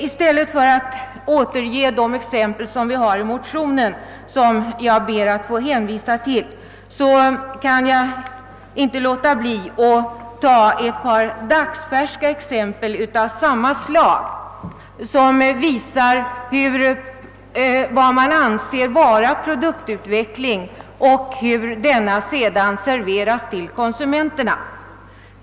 I stället för att återge de exempel som anförs i motionerna, som jag ber att få hänvisa till, kan jag inte låta bli att ta ett par dagsfärska exempel av samma slag som visar vad man anser vara produktutveckling och hur informationen om de nya produkterna sedan serveras konsumenterna.